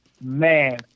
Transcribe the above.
Man